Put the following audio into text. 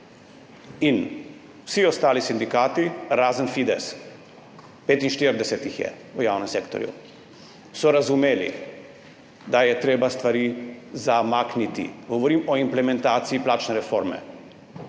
In vsi ostali sindikati razen Fidesa, 45 jih je v javnem sektorju, so razumeli, da je treba stvari zamakniti. Govorim o implementaciji plačne reforme.